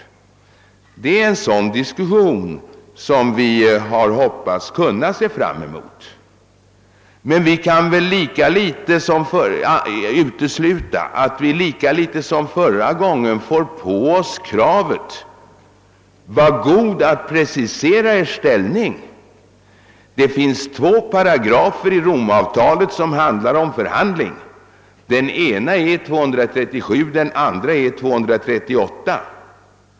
Det är en sådan diskussion som vi hoppats på och sett fram emot. Men vi kan väl inte — lika litet som förra gången — utesluta att man kommer att kräva av oss att vi preciserar vår ställning; det finns då två paragrafer i romavtalet som handlar om förhandling 88 237 och 238.